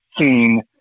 seen